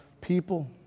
people